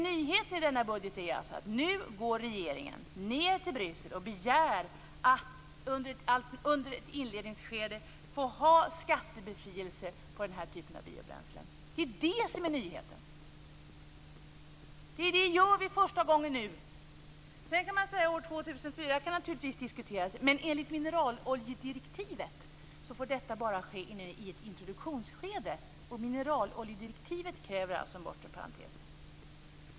Nyheten i denna budget är alltså att regeringen nu går ned till Bryssel och begär att under ett inledningsskede få ha skattebefrielse på den här typen av biobränslen. Det är det som är nyheten. Det gör vi för första gången nu. Sedan kan naturligtvis år 2004 diskuteras. Men enligt mineraloljedirektivet får detta bara ske i ett introduktionsskede och mineraloljedirektivet kräver alltså en bortre parentes.